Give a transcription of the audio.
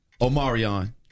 Omarion